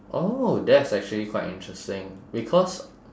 oh that's actually quite interesting because